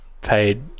paid